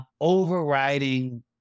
overriding